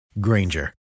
Granger